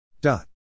dot